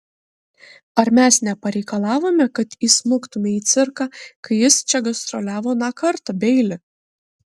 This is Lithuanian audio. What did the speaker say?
ar mes nepareikalavome kad įsmuktumei į cirką kai jis čia gastroliavo aną kartą beili